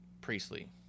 Priestley